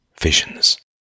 visions